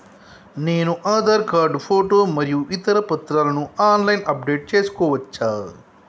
నేను Aadhaar card photo మరియు ఇతర పత్రాలను ఆన్ లైన్ అప్ డెట్ చేసుకోవచ్చా?